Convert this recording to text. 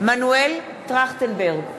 מנואל טרכטנברג,